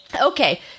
Okay